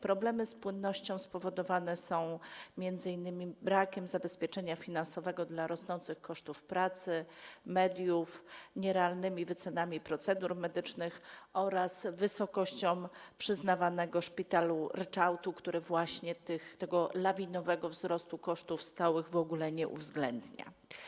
Problemy z płynnością spowodowane są m.in. brakiem zabezpieczenia finansowego dla rosnących kosztów pracy, mediów, nierealnymi wycenami procedur medycznych oraz wysokością przyznawanego szpitalom ryczałtu, który właśnie tego lawinowego wzrostu kosztów stałych w ogóle nie uwzględnia.